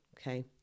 Okay